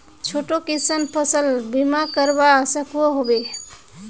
छोटो किसान फसल बीमा करवा सकोहो होबे?